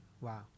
Wow